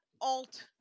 alt